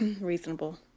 reasonable